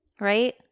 right